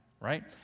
right